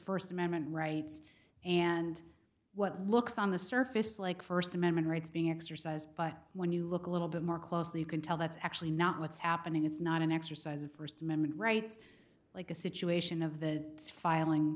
first amendment rights and what looks on the surface like first amendment rights being exercised but when you look a little bit more closely you can tell that's actually not what's happening it's not an exercise of first amendment rights like a situation of the filing